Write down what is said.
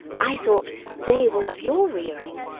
i thought they were of your rearing,